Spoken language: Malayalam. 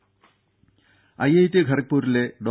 രംഭ ഐഐടി ഖരഗ്പൂരിലെ ഡോ